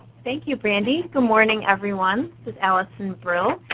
thank you, brandy. good morning, everyone. this is alison brill.